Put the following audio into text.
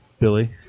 Billy